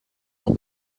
noch